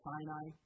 Sinai